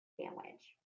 Sandwich